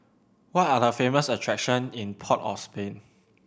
what are the famous attractions in Port of Spain